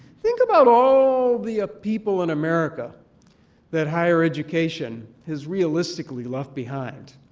think about all the ah people in america that higher education has realistically left behind.